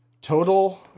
Total